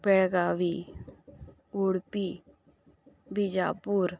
Belagavi Udupi Bijapur